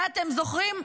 את זה אתם זוכרים?